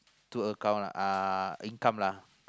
two account uh income lah